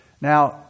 Now